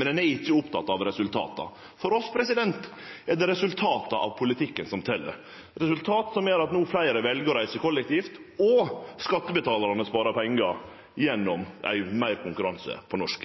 men ein er ikkje oppteken av resultata. For oss er det resultata av politikken som tel: at fleire no vel å reise kollektivt, og at skattebetalarane sparar pengar gjennom meir konkurranse på norsk